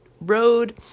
road